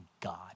God